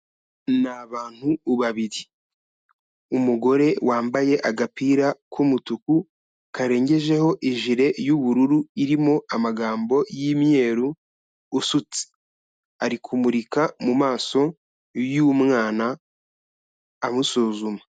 Ni abantu babiri, umugore wambaye agapira k'umutuku karengejeho ijire y'ubururu irimo amagambo y'imyeru usutse, ari kumurika mu maso y'umwana amusuzuma.